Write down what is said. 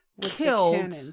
killed